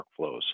workflows